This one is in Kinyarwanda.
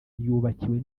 yubakiwe